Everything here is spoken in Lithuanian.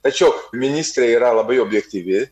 tačiau ministrė yra labai objektyvi